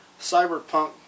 cyberpunk